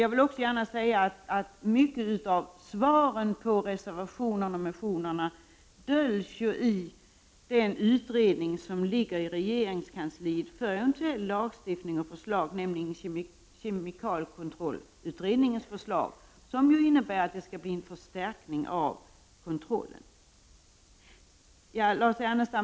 Jag vill också gärna säga att mycket av svaren på motionerna och reservationerna döljs i den utredning som ligger i regeringskansliet för beredning, nämligen kemikaliekontrollutredningens betänkande, som innebär att en förstärkning av kontrollen skall göras.